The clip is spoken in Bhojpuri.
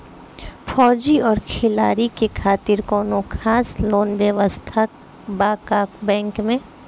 फौजी और खिलाड़ी के खातिर कौनो खास लोन व्यवस्था बा का बैंक में?